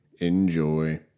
Enjoy